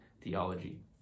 theology